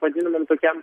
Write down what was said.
vadinamam tokiam